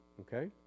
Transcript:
Okay